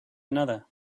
another